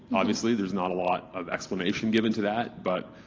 obviously, there's not a lot of explanation given to that, but.